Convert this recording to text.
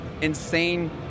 insane